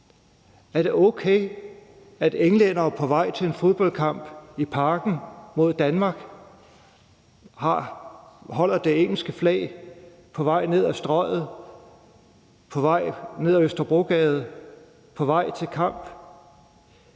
Er det okay, at englændere på vej til en fodboldkamp i Parken mod Danmark holder det engelske flag på vej ned ad Strøget, på vej ned ad Østerbrogade, på vej til kamp?